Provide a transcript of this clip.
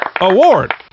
Award